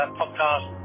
podcast